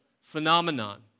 phenomenon